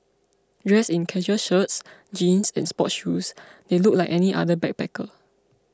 dressed in casual shirts jeans and sports shoes they looked like any other backpacker